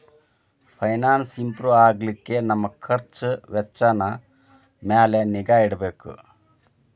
finance improve ಆಗ್ಲಿಕ್ಕೆ ನಮ್ ಖರ್ಛ್ ವೆಚ್ಚಿನ್ ಮ್ಯಾಲೆ ನಿಗಾ ಇಡ್ಬೆಕ್